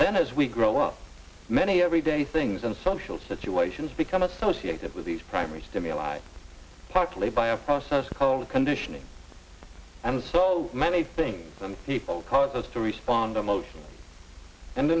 then as we grow up many everyday things and social situations become associated with these primary stimuli partly by a process called conditioning and so many things some people can pose to respond emotionally and